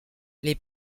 les